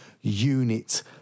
unit